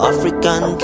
African